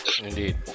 indeed